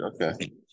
okay